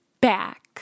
back